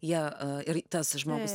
ją ir tas žmogus